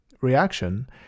reaction